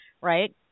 Right